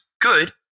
good